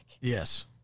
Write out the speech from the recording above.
Yes